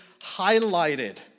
highlighted